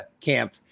camp